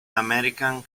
american